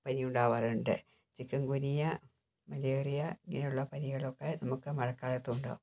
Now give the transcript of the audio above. പനി ഉണ്ടാവാറുണ്ട് chikungunya malaria ഇങ്ങനുള്ള പനികളൊക്കെ നമ്മുക്ക് മഴക്കാലത്ത് ഉണ്ടാവും